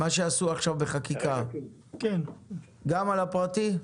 מה שעשו עכשיו בחקיקה, גם על הפרטי?